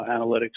analytics